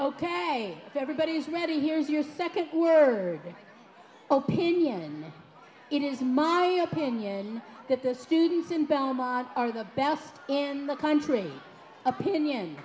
ok everybody's ready here's your second word hoping in it is my opinion that the students in belmont are the best in the country opinion